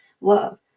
Love